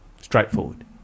straightforward